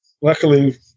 Luckily